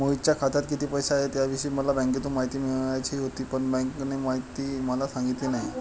मोहितच्या खात्यात किती पैसे आहेत याविषयी मला बँकेतून माहिती मिळवायची होती, पण बँकेने माहिती मला सांगितली नाही